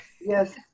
yes